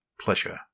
pleasure